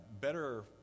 better